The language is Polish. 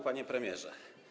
Panie Premierze!